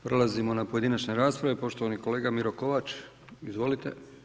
Prelazimo na pojedinačne rasprave, poštovani kolega Miro Kovač, izvolite.